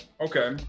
Okay